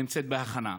נמצאת בהכנה.